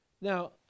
Now